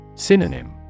Synonym